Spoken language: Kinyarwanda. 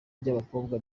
ry’abakobwa